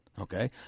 okay